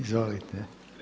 Izvolite.